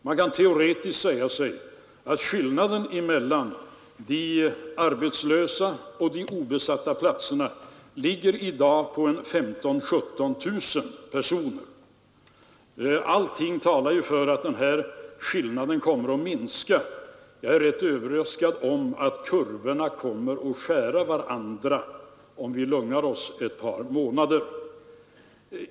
Man kan teoretiskt säga sig att skillnaden mellan de arbetslösa och de obesatta platserna i dag ligger på 15 000—-17 000. Allt talar för att den här skillnaden kommer att minska jag är rätt övertygad om att kurvorna kommer att skära varandra om vi lugnar oss ett par månader.